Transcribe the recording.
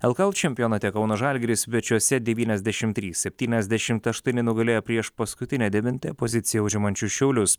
lkl čempionate kauno žalgiris svečiuose devyniasdešimt trys septyniadešimt aštuoni nugalėjo priešpaskutinę devintąją poziciją užimančius šiaulius